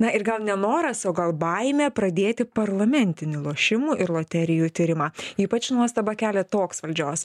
na ir gal nenoras o gal baimė pradėti parlamentinį lošimų ir loterijų tyrimą ypač nuostabą kelia toks valdžios